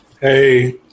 Hey